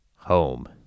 home